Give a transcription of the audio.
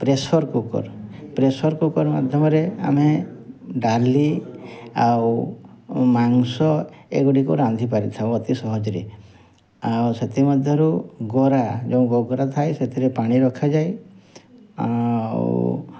pressure cooker pressure cooker ମାଧ୍ୟମରେ ଆମେ ଡାଲି ଆଉ ମାଂସ ଏଗୁଡ଼ିକ ରାନ୍ଧି ପାରିଥାଉ ଅତି ସହଜରେ ଆଉ ସେଥିମଧ୍ୟରୁ ଗରା ଯେଉଁ ଗରା ଥାଏ ସେଥିରେ ପାଣି ରଖାଯାଏ ଆଉ